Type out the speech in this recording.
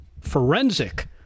Forensic